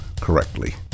correctly